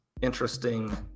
interesting